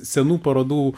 senų parodų